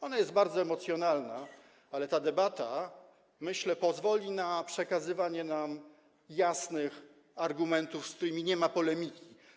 Ona jest bardzo emocjonalna, ale ta debata, myślę, pozwoli na przekazywanie nam jasnych argumentów, z którymi nie ma polemiki.